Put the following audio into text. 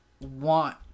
want